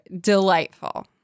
delightful